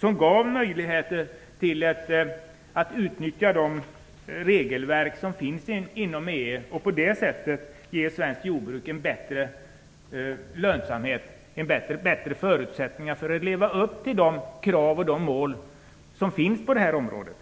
Den gav möjligheterna att utnyttja det regelverk som finns inom EU och på det sättet ge svenskt jordbruk en bättre lönsamhet och bättre förutsättningar att leva upp till de krav och de mål som finns på det här området.